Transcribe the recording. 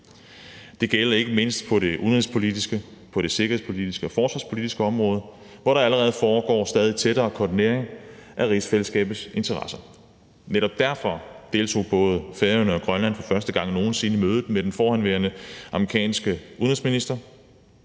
Det gælder ikke mindst på det udenrigspolitiske, sikkerhedspolitiske og forsvarspolitiske område, hvor der allerede foregår en stadigt tættere koordinering af rigsfællesskabets interesser. Netop derfor deltog både Færøerne og Grønland for første gang nogen sinde i mødet med den forhenværende amerikanske udenrigsminister,